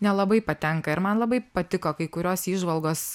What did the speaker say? nelabai patenka ir man labai patiko kai kurios įžvalgos